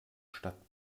stadt